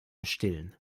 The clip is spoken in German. stillen